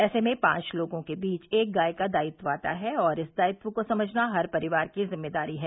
ऐसे में पांच लोगों के बीच एक गाय का दायित्व आता है और इस दायित्व को समझना हर परिवार की जिम्मेदारी है